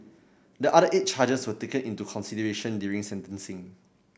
the other eight charges were taken into consideration during sentencing